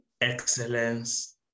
excellence